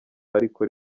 ariko